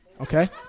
okay